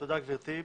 תודה גברתי.